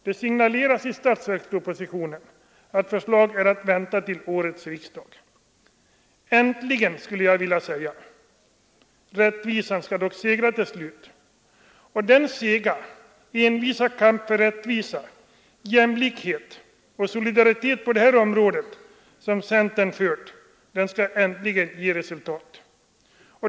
Det signaleras i statsverkspropositionen att förslag är att vänta till årets riksdag. Äntligen, skulle jag vilja säga. Rättvisan skall dock segra till slut. Den sega, envisa kamp för rättvisa, jämlikhet och solidaritet på detta område som centern fört skall äntligen ge resultat.